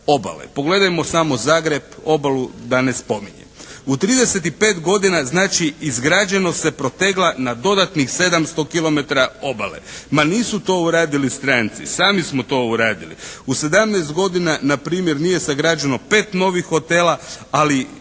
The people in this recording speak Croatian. Pogledajmo samo Zagreb, obalu da ne spominjem. U 35 godina znači izgrađenost se protegla na dodatnih 700 km obale. Ma nisu to uradili stranci, sami smo to uradili. U 17 godina na primjer nije sagrađeno 5 novih hotela, ali